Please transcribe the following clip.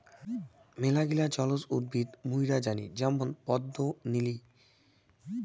মেলাগিলা জলজ উদ্ভিদ মুইরা জানি যেমন পদ্ম, নিলি